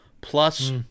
Plus